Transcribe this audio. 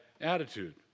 attitude